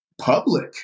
public